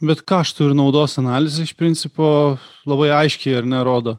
bet kaštų ir naudos analizė iš principo labai aiškiai ar ne rodo